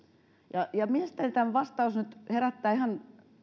tämä vastaus herättää ihan